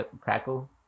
Crackle